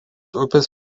upės